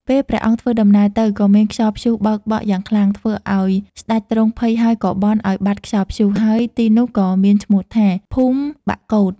ពេលព្រះអង្គធ្វើដំណើរទៅ ក៏មានខ្យល់ព្យុះបោកបក់យ៉ាងខ្លាំង ធ្វើឱ្យស្តេចទ្រង់ភ័យ ហើយក៏បន់ឲ្យបាត់ខ្យល់ព្យុះ ហើយទីនោះក៏មានឈ្មោះថា ភូមិបាក់កូត។